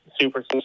super